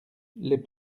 les